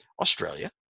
Australia